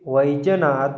Vaijnath